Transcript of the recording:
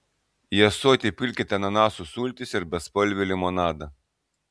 į ąsotį pilkite ananasų sultis ir bespalvį limonadą